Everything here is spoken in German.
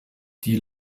die